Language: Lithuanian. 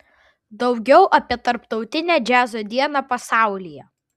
daugiau apie tarptautinę džiazo dieną pasaulyje